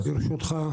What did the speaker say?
כן.